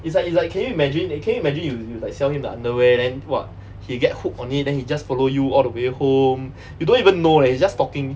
it's like it's like can you imagine that can you imagine you you like sell him the underwear then !wah! he get hooked on it then he just follow you all the way home you don't even know leh he's just stalking